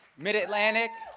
mid-atlantic.